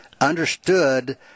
understood